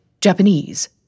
Japanese